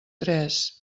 tres